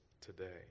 today